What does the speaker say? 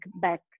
back